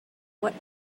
what